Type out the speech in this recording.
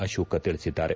ಅಕೋಕ್ ತಿಳಿಸಿದ್ದಾರೆ